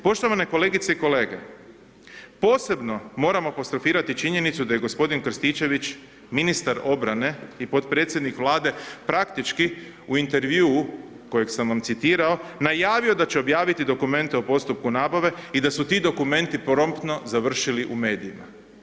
Poštovane kolegice i kolege, posebno moram apostrofirati činjenicu da je gospodin Krstičević ministar obrane i potpredsjednik Vlade praktički u intervjuu kojeg sam vam citirao, najavio da će objaviti dokumente o postupku nabave i da su ti dokumenti promptno završili u medijima.